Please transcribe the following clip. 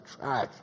trash